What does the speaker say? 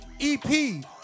EP